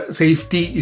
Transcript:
safety